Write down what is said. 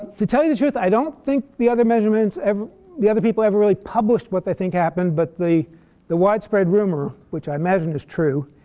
to tell you the truth, i don't think the other measurements ever the other people ever really published what they think happened. but the widespread rumor, which i imagine is true,